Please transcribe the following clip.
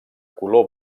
color